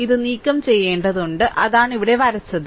ഇത് നീക്കംചെയ്യേണ്ടതുണ്ട് അതാണ് ഇവിടെ വരച്ചത്